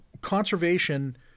conservation